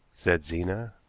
said zena.